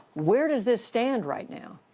where does this stand right now?